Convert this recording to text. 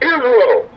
Israel